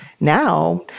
now